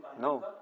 No